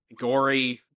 gory